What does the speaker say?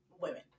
women